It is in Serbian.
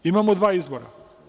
Imamo dva izbora.